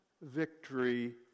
victory